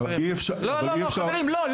אי-אפשר --- לא,